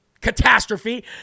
catastrophe